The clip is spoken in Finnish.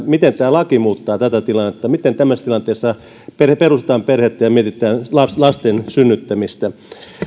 miten tämä laki muuttaa tätä tilannetta miten tämmöisessä tilanteessa perustetaan perhettä ja mietitään lasten lasten synnyttämistä